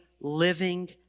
living